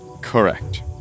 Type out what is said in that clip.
Correct